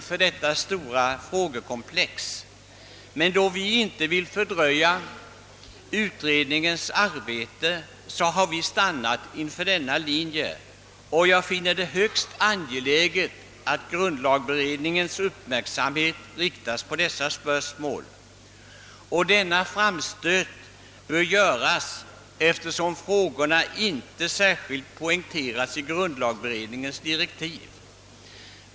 Men då vi inte vill fördröja utredningsarbetet har vi stannat för denna hemställan. Jag finner det högst angeläget att grundlagberedningens uppmärksamhet riktas på detta spörsmål och att framstöten görs, eftersom dessa frågor inte särskilt poängteras i direktiven för grundlagberedningen.